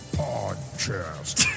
podcast